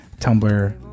Tumblr